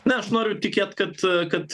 na aš noriu tikėt kad kad